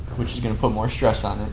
which is going to put more stress on and